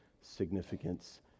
significance